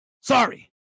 Sorry